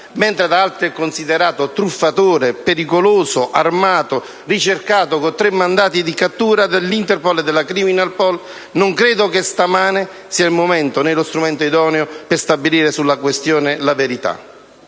mentre da altri è considerato truffatore, pericoloso, armato, ricercato con tre mandati di cattura dall'Interpol e della Criminalpol, non credo che stamane sia il momento, né sia questo lo strumento idoneo, per stabilire la verità